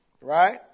Right